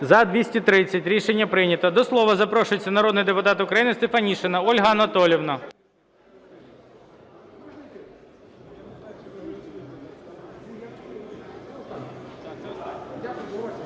За-230 Рішення прийнято. До слова запрошується народний депутат України Стефанишина Ольга Анатоліївна.